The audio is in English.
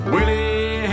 Willie